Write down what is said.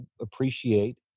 appreciate